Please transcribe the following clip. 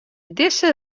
dizze